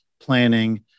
planning